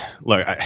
look